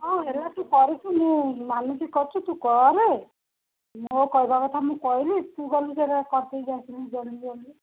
ହଁ ହେଲା ତୁ କରିଛୁ ମୁଁ ମାନୁଛି କରିଛୁ ତୁ କରେ ମୋ କହିବା କଥା ମୁଁ କହିଲି ତୁ ଗଲୁ ସେଇଟା କରିଦେଇକି ଆସିବୁ ଜଲଦି ଜଲଦି